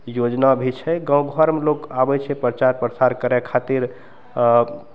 योजना भी छै गाँव घरमे लोक आबय छै प्रचार प्रसार करय खातिर आओर